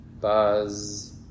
buzz